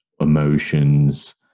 emotions